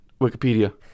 Wikipedia